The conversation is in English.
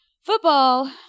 Football